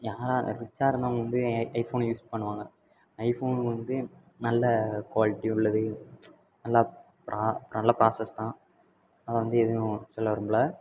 யாராக ரிச்சாக இருந்தவங்க வந்து ஐ ஐஃபோனை யூஸ் பண்ணுவாங்க ஐஃபோன் வந்து நல்ல குவாலிட்டி உள்ளது நல்லா ப்ரா நல்ல ப்ராசஸ் தான் அதை வந்து எதுவும் சொல்ல விரும்பலை